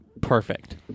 perfect